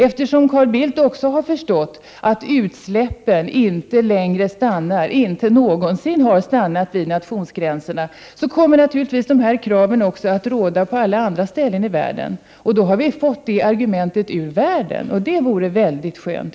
Eftersom Carl Bildt också har förstått att utsläppen inte längre stannar — inte någonsin har stannat — vid nationsgränserna kommer naturligtvis de här kraven också att ställas på alla andra håll i världen. Då har vi fått det där argumentet ur världen, och det tycker jag vore väldigt skönt.